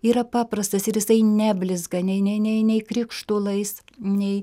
yra paprastas ir jisai neblizga nei nei nei nei krikštolais nei